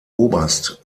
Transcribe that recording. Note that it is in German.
oberst